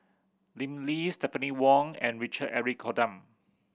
Lim Lee Stephanie Wong and Richard Eric Holttum